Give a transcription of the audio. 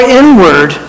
inward